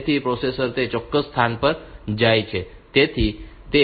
તેથી પ્રોસેસર તે ચોક્કસ સ્થાન પર જાય છે